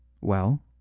Well